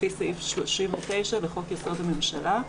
לפי סעיף 39 לחוק-יסוד: הממשלה.